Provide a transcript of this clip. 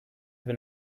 been